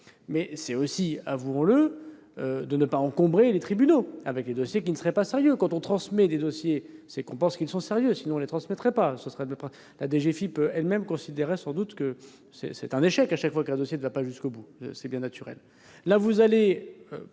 mais aussi- avouons-le ! -pour ne pas encombrer les tribunaux avec des dossiers qui ne seraient pas sérieux. Quand on transmet des dossiers, c'est qu'on pense qu'ils sont sérieux, sinon on ne les transmettrait pas ! La DGFiP elle-même considérait sans doute qu'un dossier qui ne va pas jusqu'au bout est un échec.